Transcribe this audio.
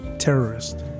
terrorist